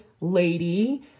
lady